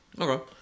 Okay